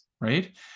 Right